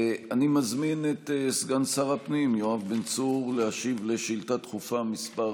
אני מזמין את סגן שר הפנים יואב בן צור להשיב על שאילתה דחופה מס'